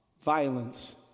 violence